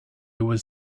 was